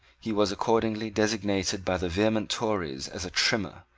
he was accordingly designated by the vehement tories as a trimmer,